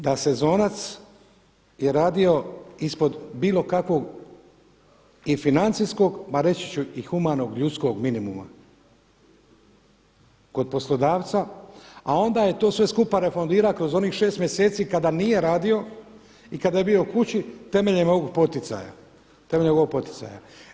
Da sezonac je radio ispod bilo kakvog i financijskog ma reći ću i humanog ljudskog minimuma kod poslodavca, a onda je to sve skupa refundirao kroz onih 6 mjeseci kada nije radio i kada je bio kući temeljem ovog poticaja.